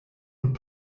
und